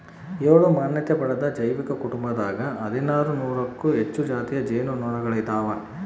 ಏಳು ಮಾನ್ಯತೆ ಪಡೆದ ಜೈವಿಕ ಕುಟುಂಬದಾಗ ಹದಿನಾರು ನೂರಕ್ಕೂ ಹೆಚ್ಚು ಜಾತಿಯ ಜೇನು ನೊಣಗಳಿದಾವ